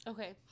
Okay